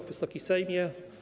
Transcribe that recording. Wysoki Sejmie!